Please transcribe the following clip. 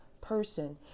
person